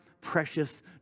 precious